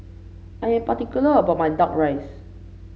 I am particular about my duck rice